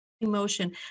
emotion